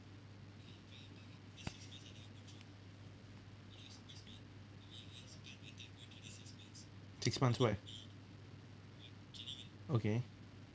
six months why okay